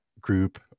group